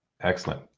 Excellent